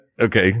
okay